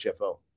HFO